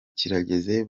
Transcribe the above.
kirageze